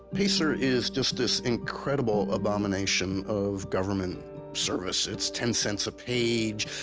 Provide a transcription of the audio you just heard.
pacer is just this incredible abomination of government service it's ten cents a page,